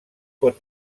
pot